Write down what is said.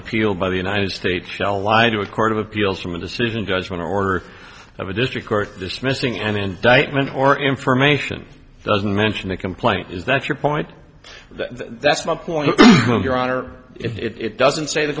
appeal by the united states shall live to a court of appeals from a decision judgment or order of a district court dismissing an indictment or information doesn't mention the complaint is that your point that's my point your honor it doesn't say the